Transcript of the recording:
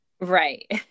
right